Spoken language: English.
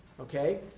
okay